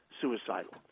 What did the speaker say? suicidal